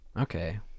okay